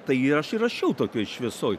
tai ir aš ir rašiau tokioj šviesoj